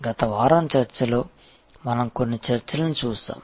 గత వారం చర్చలో మనం కొన్ని చర్చలను చూశాము